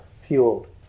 fueled